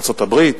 ארצות-הברית.